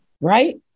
right